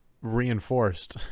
reinforced